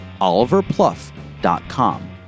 oliverpluff.com